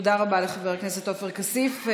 תודה רבה לחבר הכנסת עפר כסיף.